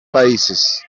países